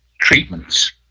treatments